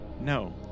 No